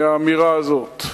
מהאמירה הזאת?